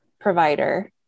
provider